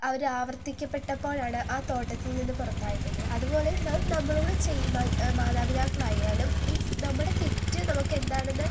അവർ ആവർത്തിക്കപ്പെട്ടപ്പോഴാണ് ആ തോട്ടത്തിൽനിന്ന് പുറത്താക്കപ്പെട്ടത് അതുപോലെ നാം നമ്മളോട് മാതാപിതാക്കളായാലും മീൻസ് നമ്മുടെ തെറ്റ് നമുക്കെന്താണെന്ന്